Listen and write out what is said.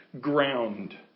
ground